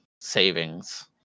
savings